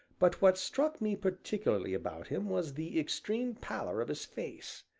but what struck me particularly about him was the extreme pallor of his face.